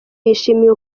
yishimiye